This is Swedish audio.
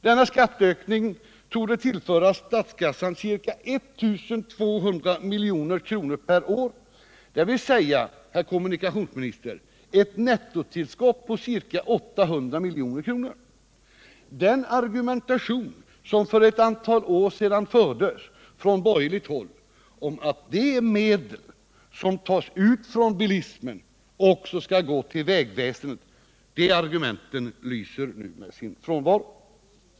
Denna skattökning torde tillföra statskassan 1 200 milj.kr. per år, d. v. s. ett nettotillskott på ca 800 milj.kr. Den argumentation som för ett antal år sedan fördes från borgerligt håll om att de medel som tas ut från bilismen också skall gå till vägväsendet lyser nu med sin frånvaro.